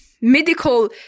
medical